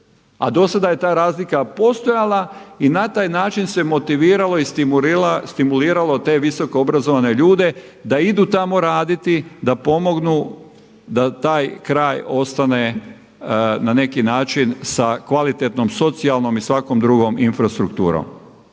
A do sada je ta razlika postojala i na taj način se motiviralo i stimuliralo te visoko obrazovne ljude da idu tamo raditi, da pomognu, da taj kraj ostane na neki način sa kvalitetnom socijalnom i svakom drugom infrastrukturom.